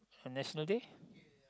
on National Day